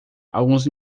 alguns